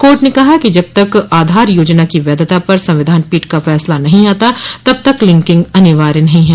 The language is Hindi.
कोर्ट ने कहा जब तक आधार योजना की वैधता पर संविधान पीठ का फैसला नहीं आता तब तक लिंकिंग अनिवार्य नहीं है